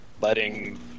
letting